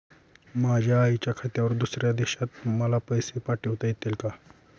माझ्या आईच्या खात्यावर दुसऱ्या देशात मला पैसे पाठविता येतील का?